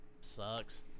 sucks